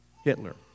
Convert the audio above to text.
Hitler